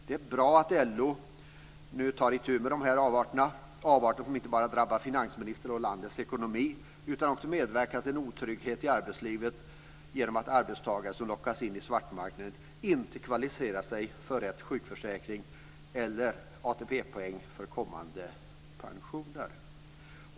Det är bra att LO nu tar itu med de här avarterna, avarter som inte bara drabbar finansministern och landets ekonomi utan också medverkar till en otrygghet i arbetslivet genom att arbetstagare som lockas in i svartmarknaden inte kvalificerar sig för rätt sjukförsäkring eller ATP-poäng för kommande pensioner.